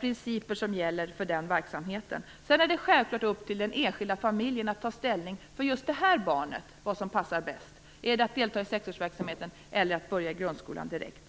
principer som gäller för den verksamheten. Sedan är det självklart upp till den enskilda familjen att ta ställning till vad som passar bäst för just familjens barn - att delta i sexårsverksamheten eller att börja i grundskolan direkt.